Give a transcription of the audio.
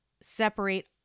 separate